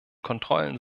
kontrollen